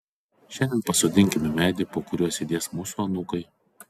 šiandien pasodinkime medį po kuriuo sėdės mūsų anūkai